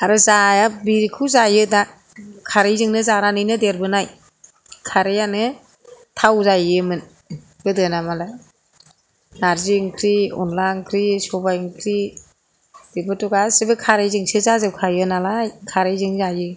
आरो जाया बेखौ जायो दा खारैजोंनो जानानै देरबोनाय खारैआनो थाव जाहैयोमोन गोदोना मालाय नारजि ओंख्रि अनला ओंख्रि सबाइ ओंख्रि बेखौथ' गासिखौबो खारैजोंसो जाजोबखायो नालाय खारैजोंनो जायो